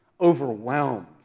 overwhelmed